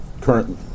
currently